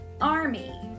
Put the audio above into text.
army